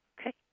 Okay